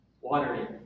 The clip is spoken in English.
watering